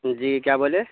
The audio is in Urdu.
جی کیا بولے